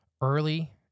early